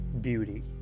beauty